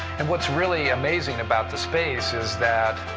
and what's really amazing about the space is that,